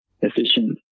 efficient